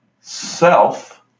self